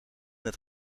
het